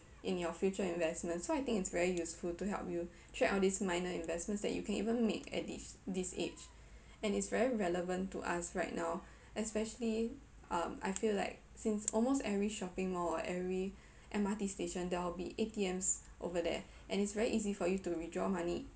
in your future investment so I think its very useful to help you track all these minor investments that you can even make at this this age and it's very relevant to us right now especially um I feel like since almost every shopping mall or every M_R_T station there will be A_T_Ms over there and its very easy for you to withdraw money